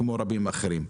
כמו רבים אחרים.